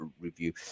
review